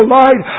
light